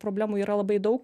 problemų yra labai daug